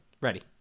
Ready